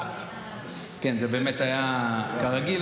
כרגיל,